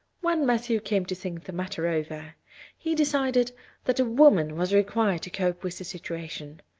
when matthew came to think the matter over he decided that a woman was required to cope with the situation.